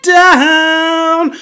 down